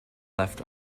left